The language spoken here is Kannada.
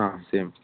ಹಾಂ ಸೇಮ್